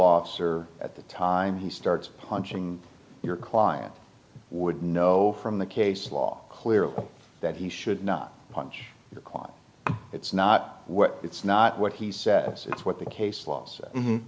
officer at the time he starts punching your client would know from the case law clearly that he should not punch your client it's not it's not what he said it's what the case l